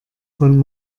von